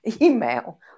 email